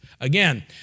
Again